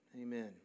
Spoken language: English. Amen